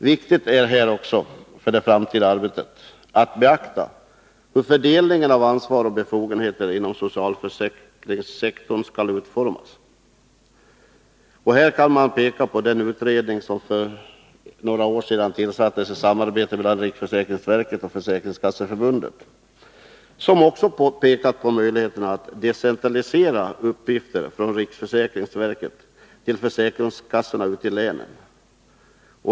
Det är också viktigt för det framtida arbetet att man beaktar hur fördelningen av ansvar och befogenheter inom socialförsäkringssektorn skall utformas. Här kan man peka på den utredning som för några år sedan tillsattes i samarbete med riksförsäkringsverket och Försäkringskasseförbundet. Den har också framhållit möjligheterna att decentralisera uppgifter från riksförsäkringsverket till försäkringskassorna ute i länen.